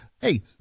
hey